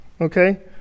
okay